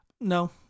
No